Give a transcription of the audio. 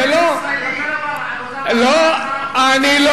זה לא, לא, אני לא